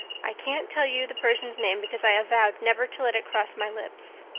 i can't tell you the person's name because i have vowed never to let it cross my lips.